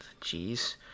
Jeez